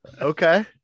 Okay